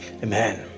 Amen